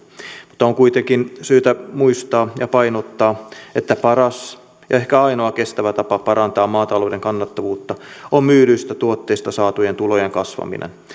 mutta on kuitenkin syytä muistaa ja painottaa että paras ja ehkä ainoa kestävä tapa parantaa maatalouden kannattavuutta on myydyistä tuotteista saatujen tulojen kasvaminen